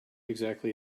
exactly